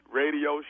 radio